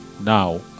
now